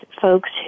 folks